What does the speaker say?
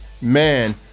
Man